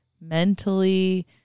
mentally